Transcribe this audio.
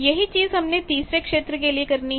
यही चीज हम ने तीसरे क्षेत्र के लिए करनी है